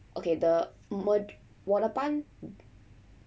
okay the mu~ 我的班